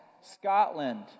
Scotland